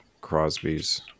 Crosby's